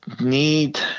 need